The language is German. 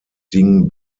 din